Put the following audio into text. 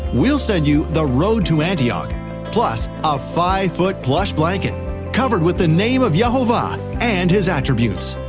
we'll send you the road to antioch plus a five foot plush blankets covered with the name of yehovah and his attributes.